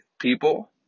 people